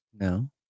No